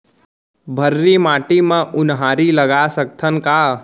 भर्री माटी म उनहारी लगा सकथन का?